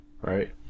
right